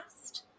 past